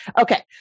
Okay